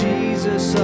Jesus